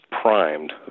primed